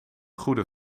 goede